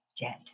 dead